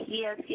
yes